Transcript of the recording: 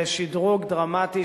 זה שדרוג דרמטי,